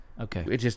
Okay